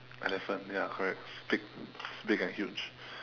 elephant ya correct big it's big and huge